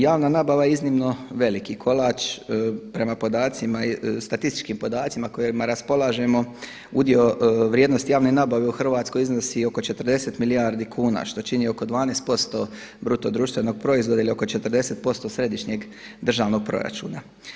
Javna nabava je iznimno veliki kolač, prema podacima, statističkim podacima kojima raspolažemo udio vrijednosti javne nabave u Hrvatskoj iznosi oko 40 milijardi kuna što čini oko 12% BDP-a ili oko 40% središnjeg državnog proračuna.